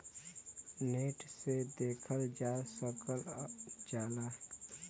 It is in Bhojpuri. नेट से देखल जा सकल जाला